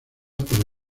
para